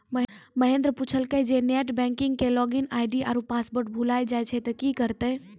महेन्द्र पुछलकै जे net banking के लागिन आई.डी आरु पासवर्ड भुलाय जाय त कि करतै?